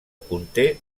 conté